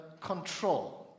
control